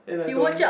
and I don't want